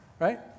Right